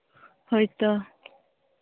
ᱦᱳᱭ ᱛᱚ